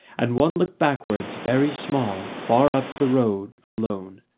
and one looked backwards, very small, far up the road, alone.